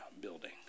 building